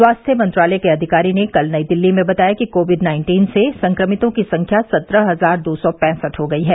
स्वास्थ्य मंत्रालय के अधिकारी ने कल नई दिल्ली में बताया कि कोविड नाइन्टीन से संक्रमितों की संख्या सत्रह हजार दो सौ पैंसठ हो गई है